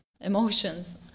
emotions